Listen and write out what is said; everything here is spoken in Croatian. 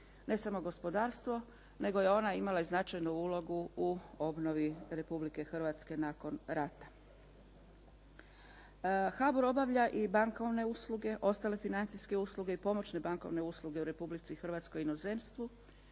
Ne samo gospodarstvo, nego je ona imala i značajnu ulogu u obnovi Republike Hrvatske nakon rata. HBOR obavlja i bankovne usluge, ostale financijske usluge i pomoćne bankovne usluge u Republici Hrvatskoj i inozemstvu,